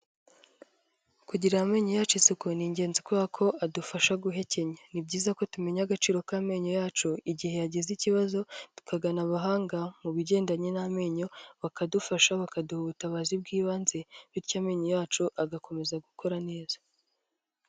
kugirira amenyo yacu isukuye ni ingenzi kubera ko adufasha guhekenya. Ni byiza ko tumenya agaciro k'amenyo yacu, igihe yagize ikibazo tukagana abahanga mu bigendanye n'amenyo bakadufasha, bakaduha ubutabazi bw'ibanze, bityo amenyo yacu agakomeza gukora neza.